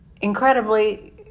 incredibly